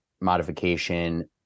modification